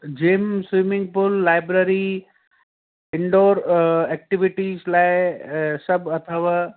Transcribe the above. gym swimming pool library indoor activities लाइ सभु अथव